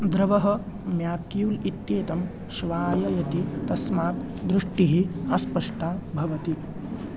द्रवः म्याक्युल इत्येतं श्वाययति तस्मात् दृष्टिः अस्पष्टा भवति